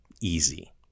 Easy